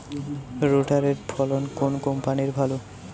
রোটারের ফল কোন কম্পানির ভালো?